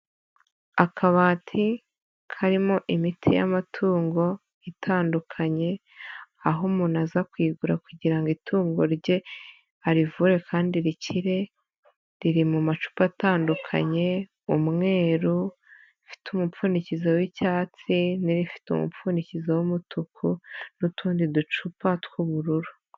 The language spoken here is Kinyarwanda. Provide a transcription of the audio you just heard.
Akabati karimo imiti y'amatungo itandukanye aho umuntu aza kugura kugira ngo itungo rye arivure kandi rikire, riri mu macupa atandukanye umweru, irifite umupfundikizo w'icyatsi, n'irifite umupfundikizo w'umutuku n'utundi ducupa tw'ubururu.